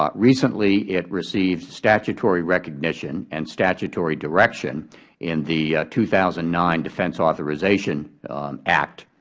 but recently, it received statutory recognition and statutory direction in the two thousand nine defense authorization act,